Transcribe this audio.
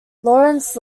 lawrence